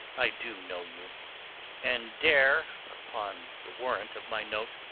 i do know you and dare, upon the warrant of my note,